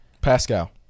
Pascal